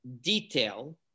detail